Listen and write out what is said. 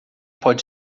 pode